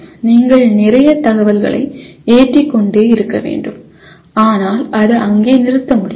நீங்கள் நிறைய தகவல்களை ஏற்றிக் கொண்டே இருக்க வேண்டும் ஆனால் அது அங்கே நிறுத்த முடியாது